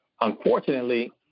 unfortunately